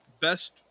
Best